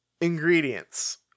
Ingredients